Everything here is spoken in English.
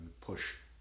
push